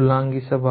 ಉಲ್ಲಂಘಿಸಬಾರದು